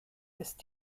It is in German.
ist